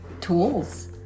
tools